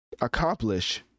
accomplish